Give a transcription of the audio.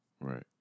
right